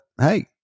Hey